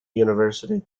university